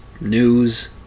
news